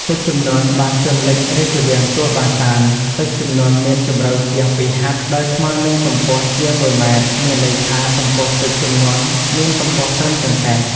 ទឹកជំនន់បានជនលិចរាជវាំងទួលបាសាន ទឹកជំនន់មានជម្រៅជាង២ហត្ថ ដោយស្មើនិងកម្ពស់ជាង ១ ម៉ែត្រ មានន័យថាកម្ពស់ទឹកជំនន់មានកម្ពស់ត្រឹមចង្កេះ ។